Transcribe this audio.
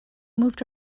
moved